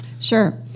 Sure